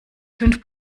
fünf